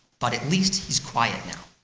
but at least, he's quiet now.